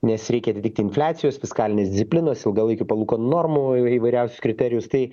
nes reikia di di infliacijos fiskalinės disciplinos ilgalaikių palūkanų normų įvairiausius kriterijus tai